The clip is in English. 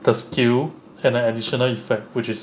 the skill and an additional effect which is